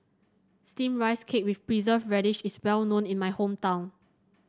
steam Rice Cake with preserve radish is well known in my hometown